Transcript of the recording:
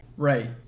Right